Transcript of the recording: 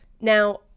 Now